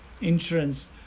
insurance